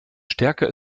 stärker